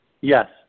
Yes